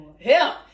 Help